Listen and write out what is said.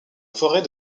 forêt